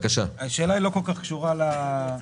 השאלה לא כל כך קשורה לעודפים.